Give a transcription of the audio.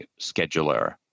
scheduler